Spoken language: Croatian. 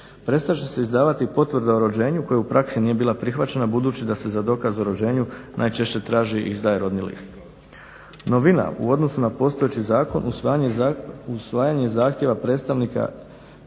Prestat će se izdavati potvrda o rođenju koja u praksi nije bila prihvaćena budući da se za dokaz o rođenju najčešće traži i izdaje rodni list. Novina u odnosu na postojeći zakon je usvajanjem zahtjeva predstavnika